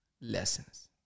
Lessons